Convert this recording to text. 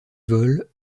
vols